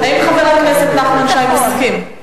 האם חבר הכנסת נחמן שי מסכים?